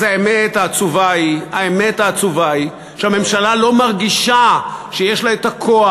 אז האמת העצובה היא שהממשלה לא מרגישה שיש לה הכוח,